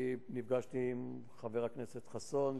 נפגשתי עם חבר הכנסת חסון,